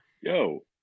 yo